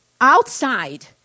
outside